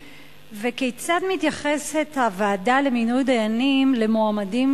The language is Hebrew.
3. כיצד מתייחסת הוועדה למינוי דיינים למועמדים